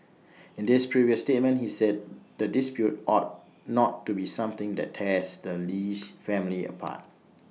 in this previous statement he said the dispute ought not to be something that tears the Lee's family apart